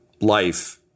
life